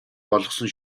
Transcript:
болгосон